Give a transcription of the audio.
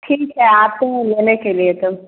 ठीक है आते हैं लेने के लिए तब